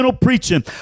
preaching